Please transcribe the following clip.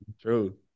True